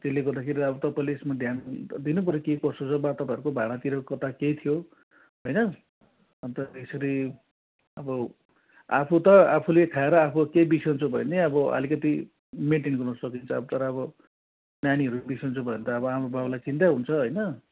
त्यसले गर्दाखेरि अब तपाईँले यसमा ध्यान दिनुपऱ्यो के कसो छ वा तपाईँहरूको भाँडातिर कता केही थियो होइन अन्त यसरी अब आफू त आफूले खाएर आफू केही बिसन्चो भयो भने अब अलिकति मेन्टेन गर्न सकिन्छ तर अब नानीहरू बिसन्चो भयो भने त आमाबाउलाई चिन्तै हुन्छ होइन